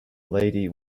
lady